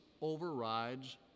overrides